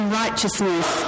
righteousness